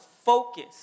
focus